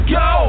go